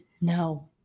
no